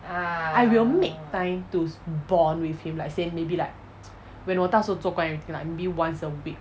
I will make time to bond with him like say maybe like when 我到时候做工 everything like maybe once a week